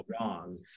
wrong